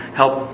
help